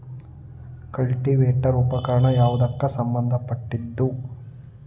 Cultivator ಉಪಕರಣ ಯಾವದಕ್ಕ ಸಂಬಂಧ ಪಟ್ಟಿದ್ದು?